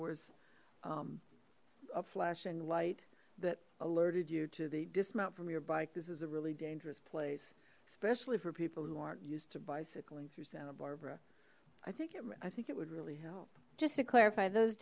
a flashing light that alerted you to the dismount from your bike this is a really dangerous place especially for people who aren't used to bicycling through santa barbara i think i think it would really help just to clarify th